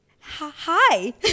Hi